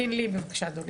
קינלי, בבקשה אדוני.